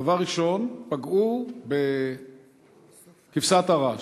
דבר ראשון, פגעו בכבשת הרש.